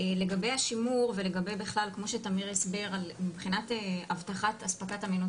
לגבי השימור ולגבי בכלל כמו שתמיר הסביר מבחינת הספקת אמינות